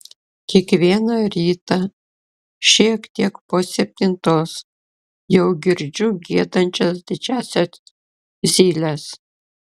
kiekvieną ryta šiek tiek po septintos jau girdžiu giedančias didžiąsias zyles